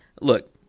Look